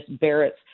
Barrett's